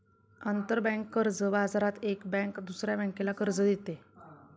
आंतरबँक कर्ज बाजारात एक बँक दुसऱ्या बँकेला कर्ज देते